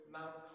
Mount